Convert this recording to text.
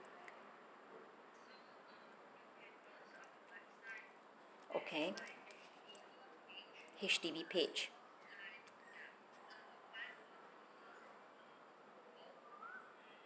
okay H_D_B page